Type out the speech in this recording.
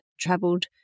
traveled